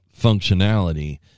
functionality